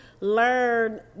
Learn